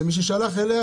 שמי ששלך אליה,